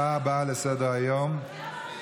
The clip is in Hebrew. עובדיה יוסף (ציון זכרו ופועלו),